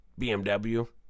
bmw